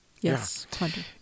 yes